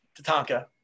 Tatanka